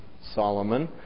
Solomon